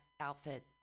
outfit